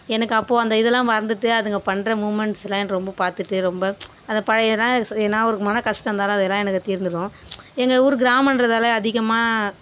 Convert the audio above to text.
எனக்கு அப்போ அந்த இதெல்லாம் மறந்துவிட்டு அதுங்க பண்ணுற மூமண்ட்ஸ்லாம் எனக்கு ரொம்ப பார்த்துட்டு ரொம்ப அந்த பழைய ஏன்னா ஏன்னா ஒரு மன கஷ்டம் இருந்தாலும் அதெல்லாம் எனக்கு தீந்திரும் எங்கள் ஊர் கிராமன்றதால் அதிகமாக